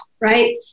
right